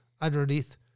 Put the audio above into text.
underneath